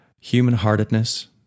human-heartedness